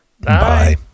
Bye